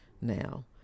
now